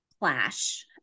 clash